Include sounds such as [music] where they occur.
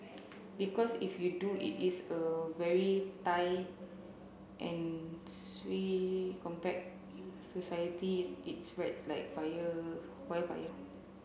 because if you do it is a very tight and swift compact society [unintelligible] it spreads like fire wild fire